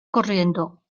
corriendo